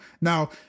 Now